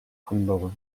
andere